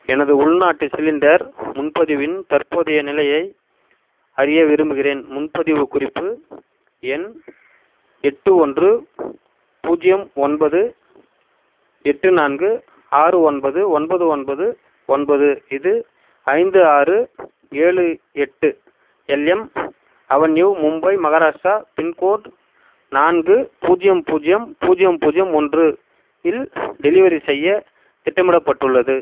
எனது உள்நாட்டு சிலிண்டர் முன்பதிவின் தற்போதைய நிலையை அறிய விரும்புகிறேன் முன்பதிவு குறிப்பு எண் எட்டு ஒன்று பூஜ்யம் ஒன்பது எட்டு நான்கு ஆறு ஒன்பது ஒன்பது ஒன்பது ஒன்பது இது ஐந்து ஆறு ஏழு எட்டு LM avenue Mumbai Maharashtra pincode நான்கு பூஜ்யம் பூஜ்யம் பூஜ்யம் பூஜ்யம் ஒன்று இல் டெலிவரி செய்ய திட்டமிடப்பட்டுள்ளது